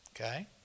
Okay